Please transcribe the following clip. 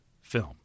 film